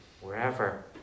wherever